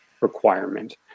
requirement